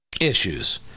issues